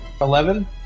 eleven